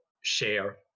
share